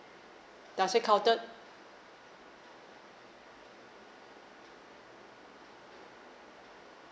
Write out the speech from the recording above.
does it counted